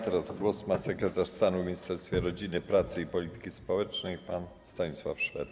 Teraz głos ma sekretarz stanu w Ministerstwie Rodziny, Pracy i Polityki Społecznej pan Stanisław Szwed.